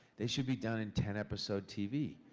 they should be done in ten episode tv.